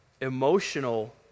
emotional